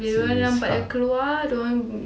bila diorang lambat dah keluar diorang